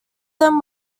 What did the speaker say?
them